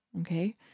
okay